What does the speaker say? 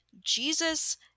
Jesus